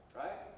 right